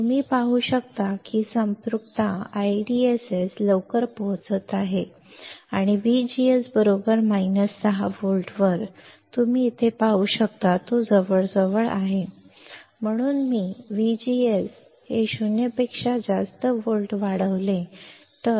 तुम्ही पाहू शकता की संपृक्तता IDSS लवकर पोहचत आहे आणि VGS 6 व्होल्टवर तुम्ही इथे पाहू शकता तो जवळजवळ कॉल आहे पण मी VGS 0 व्होल्ट वाढवले तर